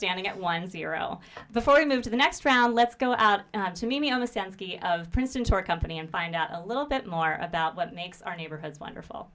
standing at one zero before we move to the next round let's go out to mimi on the scent of princeton to our company and find out a little bit more about what makes our neighborhoods wonderful